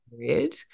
period